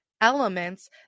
elements